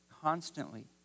constantly